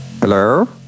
Hello